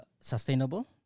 sustainable